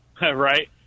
right